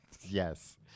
Yes